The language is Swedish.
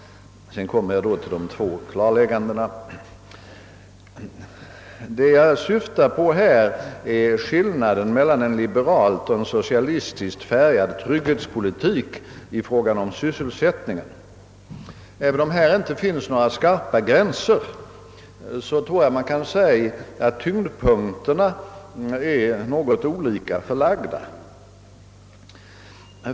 Vad jag här syftar på är skillnaden mellan en liberalt och en socialistiskt färgad trygghetspolitik i fråga om Sysselsättningen. Även om här inte finns några skarpa gränser, tror jag att man kan säga att tyngdpunkterna är olika förlagda.